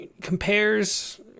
compares